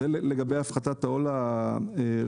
זה לגבי הפחתת העול הרגולטורי.